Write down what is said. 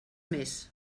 més